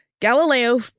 Galileo